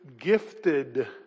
gifted